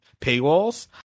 paywalls